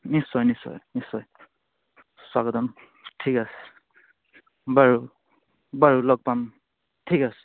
নিশ্চয় নিশ্চয় নিশ্চয় স্বাগতম ঠিক আছে বাৰু বাৰু লগ পাম ঠিক আছে